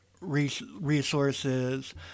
resources